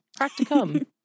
practicum